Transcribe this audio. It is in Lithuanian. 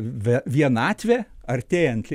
vienatvė artėjant